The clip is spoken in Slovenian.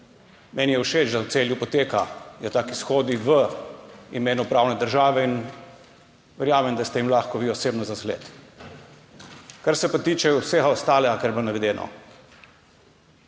Meni je všeč, da v Celju potekajo taki shodi v imenu pravne države, in verjamem, da ste jim lahko vi osebno za zgled. Kar se pa tiče vsega ostalega, kar je bilo navedeno.